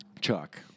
Chuck